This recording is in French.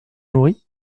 nourri